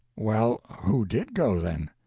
well, who did go, then?